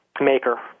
maker